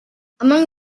among